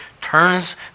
turns